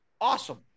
awesome